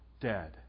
dead